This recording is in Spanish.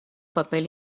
papel